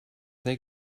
they